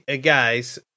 guys